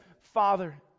Father